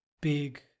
big